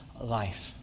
life